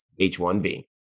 H1B